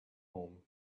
home